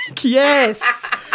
Yes